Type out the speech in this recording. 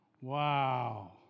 Wow